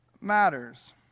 matters